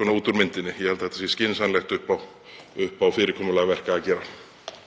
út úr myndinni. Ég held að þetta sé skynsamlegt upp á fyrirkomulag verka að gera.